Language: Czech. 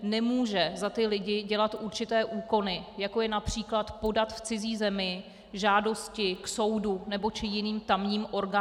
Nemůže za ty lidi dělat určité úkony, jako je například podat v cizí zemi žádosti k soudu či jiným tamním orgánům.